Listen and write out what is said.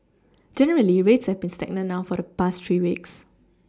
generally rates have been stagnant now for the past three weeks